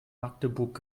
magdeburg